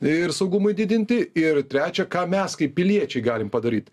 ir saugumui didinti ir trečia ką mes kaip piliečiai galim padaryt